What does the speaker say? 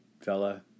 fella